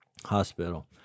Hospital